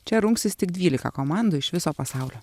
čia rungsis tik dvylika komandų iš viso pasaulio